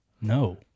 No